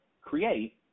create